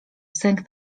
sęk